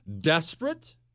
desperate